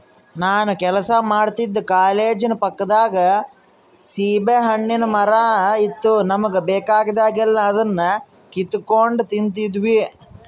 ನಾನು ಕೆಲಸ ಮಾಡ್ತಿದ್ದ ಕಾಲೇಜಿನ ಪಕ್ಕದಾಗ ಸೀಬೆಹಣ್ಣಿನ್ ಮರ ಇತ್ತು ನಮುಗೆ ಬೇಕಾದಾಗೆಲ್ಲ ಅದುನ್ನ ಕಿತಿಗೆಂಡ್ ತಿಂತಿದ್ವಿ